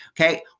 Okay